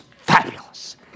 fabulous